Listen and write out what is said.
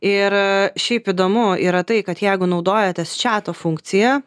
ir šiaip įdomu yra tai kad jeigu naudojatės čiato funkcija